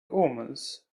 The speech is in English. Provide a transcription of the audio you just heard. omens